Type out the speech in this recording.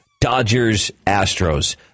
Dodgers-Astros